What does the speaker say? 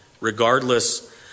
regardless